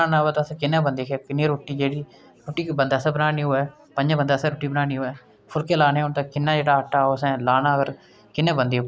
लेकिन एह् ऐ की नारी शक्ति ऐ जेह्ड़ी भवानी होंदी ऐ जननी होंदी ऐ नारी ते इसदे बिना कोई चारा निं ऐ नारी बिन संसार ना देआ